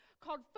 called